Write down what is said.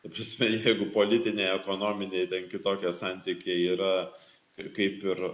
kaip prisimenat jeigu politiniai ekonominiai ten kitokie santykiai yra ir kaip ir